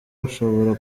rushobora